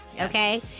okay